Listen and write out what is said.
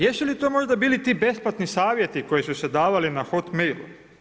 Jesu li to možda bili besplatni savjeti koji su se davali na hotmail?